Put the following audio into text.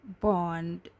bond